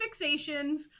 fixations